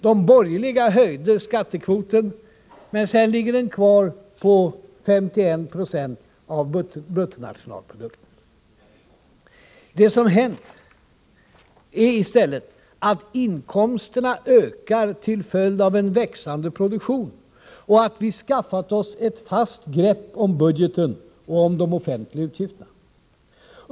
De borgerliga höjde skattekvoten, men sedan ligger den kvar på 51 90 av bruttonationalprodukten. Det som hänt är i stället att inkomsterna ökar till följd av en växande produktion och att vi skaffat oss ett fast grepp om budgeten och om de offentliga utgifterna.